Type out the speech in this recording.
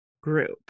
group